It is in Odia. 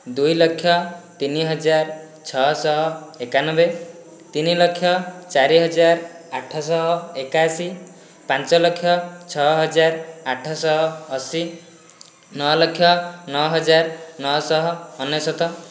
ଦୁଇଲକ୍ଷ ତିନିହଜାର ଛଅଶହ ଏକାନବେ ତିନିଲକ୍ଷ ଚାରିହଜାର ଆଠଶହ ଏକାଅଶି ପାଞ୍ଚଲକ୍ଷ ଛଅହଜାର ଆଠଶହ ଅଶି ନଅଲକ୍ଷ ନଅହଜାର ନଅଶହ ଅନେଶ୍ୱତ